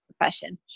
profession